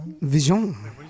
Vision